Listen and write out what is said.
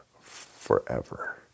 forever